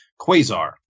Quasar